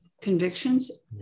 convictions